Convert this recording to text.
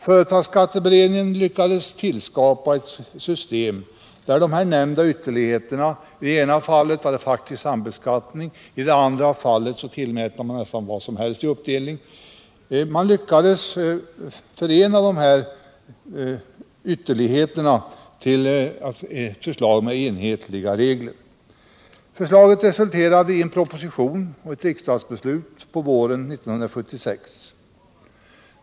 Företagsskatteberedningen lyckades tillskapa ett system där de nämnda ytterligheterna — i ena fallet där man hade faktisk sambeskattning och i det andra fallet där man tillät nästan vilken uppdelning som helst — blev ett förslag med enhetliga regler. Förslaget resulterade i en proposition och ett riksdagsbeslut på våren 1976.